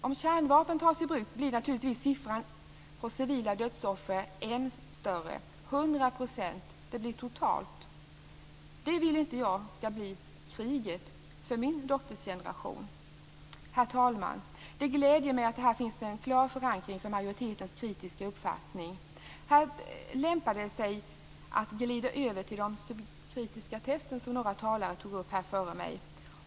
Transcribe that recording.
Om kärnvapen tas i bruk blir naturligtvis siffran för civila dödsoffer än större, 100 %. Det blir totalt. Det vill inte jag skall bli kriget för min dotters generation. Herr talman! Det gläder mig att här finns en klar förankring för majoritetens kritiska uppfattning. Här lämpar det sig att glida över till de subkritiska test som några talare tog upp före mig.